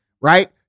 right